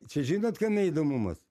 čia žinot kame įdomumas